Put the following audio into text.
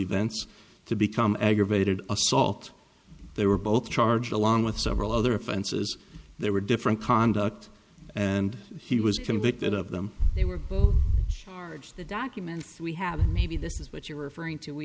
events to become aggravated assault they were both charged along with several other offenses there were different conduct and he was convicted of them they were the documents we have maybe this is what you're referring to we